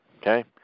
Okay